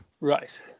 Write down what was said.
right